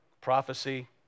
Prophecy